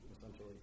essentially